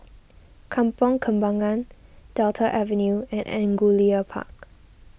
Kampong Kembangan Delta Avenue and Angullia Park